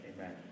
amen